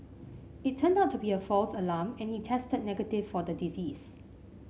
it turned out to be a false alarm and he tested negative for the disease